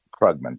Krugman